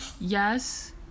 yes